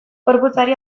gorputzari